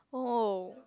!woah!